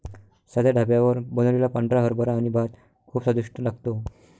साध्या ढाब्यावर बनवलेला पांढरा हरभरा आणि भात खूप स्वादिष्ट लागतो